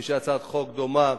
יש לי הצעת חוק דומה